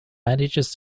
manages